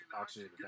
oxygen